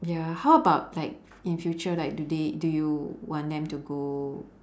ya how about like in future like do they do you want them to go